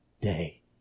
day